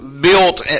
built